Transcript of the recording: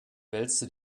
wälzt